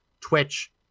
Twitch